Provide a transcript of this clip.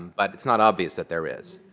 but it's not obvious that there is.